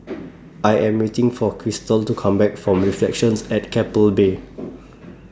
I Am waiting For Krystal to Come Back from Reflections At Keppel Bay